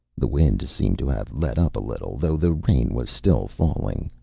the wind seemed to have let up a little, though the rain was still falling.